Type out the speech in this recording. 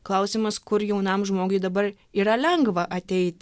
klausimas kur jaunam žmogui dabar yra lengva ateiti